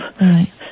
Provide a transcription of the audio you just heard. right